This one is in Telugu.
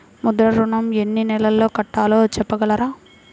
ముద్ర ఋణం ఎన్ని నెలల్లో కట్టలో చెప్పగలరా?